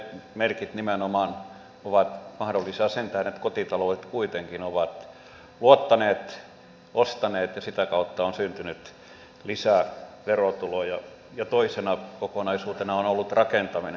ne merkit nimenomaan ovat mahdollisia sen tähden että kotitaloudet kuitenkin ovat luottaneet ostaneet ja sitä kautta on syntynyt lisää verotuloja ja toisena kokonaisuutena on ollut rakentaminen